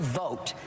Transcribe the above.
vote